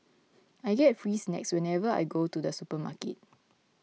I get free snacks whenever I go to the supermarket